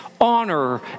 honor